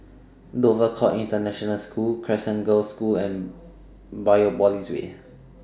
Dover Court International School Crescent Girls' School and Biopolis Way